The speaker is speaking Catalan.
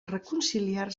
reconciliar